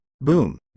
boom